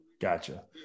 Gotcha